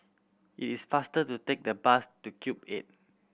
it is faster to take the bus to Cube Eight